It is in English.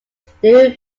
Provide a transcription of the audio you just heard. still